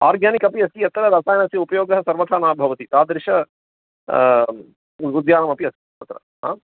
organic अपि अस्ति अत्र रसायनस्य उपयोगः सर्वदा न भवति तादृशम् उद्यानमपि अस्ति तत्र आं